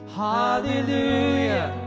hallelujah